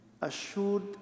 assured